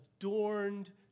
adorned